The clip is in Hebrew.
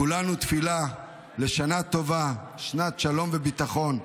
כולנו תפילה לשנה טובה, שנת שלום וביטחון,